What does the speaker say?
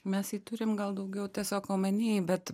mes jį turim gal daugiau tiesiog omeny bet